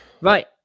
Right